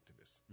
activists